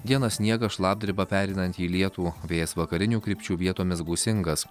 dieną sniegas šlapdriba pereinanti į lietų vėjas vakarinių krypčių vietomis gūsingas